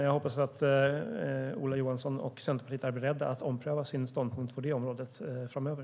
Jag hoppas att Ola Johansson och Centerpartiet är beredda att ompröva sin ståndpunkt på det området framöver.